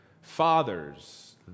fathers